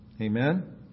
Amen